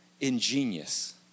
Ingenious